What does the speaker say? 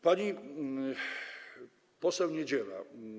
Pani poseł Niedziela.